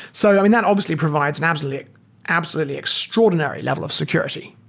so i mean, that obviously provides an absolutely absolutely extraordinary level of security,